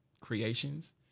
creations